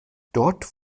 dort